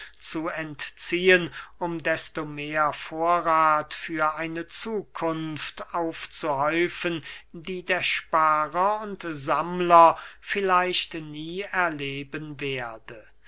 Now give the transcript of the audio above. zu entziehen um desto mehr vorrath für eine zukunft aufzuhäufen die der sparer und sammler vielleicht nie erleben werde